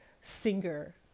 singer